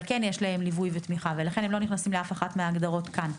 אבל כן יש להם ליווי ותמיכה ולכן הם לא נכנסים לאף אחת מההגדרות כאן.